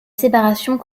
séparation